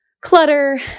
clutter